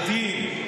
רואה למה אין גבול?